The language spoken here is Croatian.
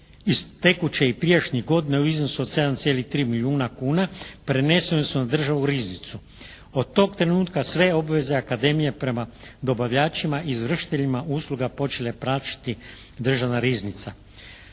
i tekuće i prijašnjih godina u iznosu od 7,3 milijuna kuna preneseni su na Državnu riznicu. Od tog trenutka sve obveze akademije prema dobavljačima i izvršiteljima usluga počela je pratiti Državna riznica.